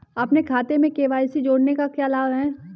अपने खाते में के.वाई.सी जोड़ने का क्या लाभ है?